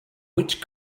which